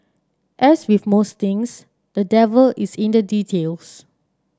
as with most things the devil is in the details